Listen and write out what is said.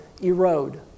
erode